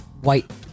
white